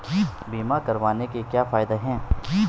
बीमा करवाने के क्या फायदे हैं?